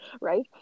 Right